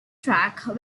track